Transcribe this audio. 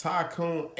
Tycoon